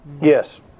Yes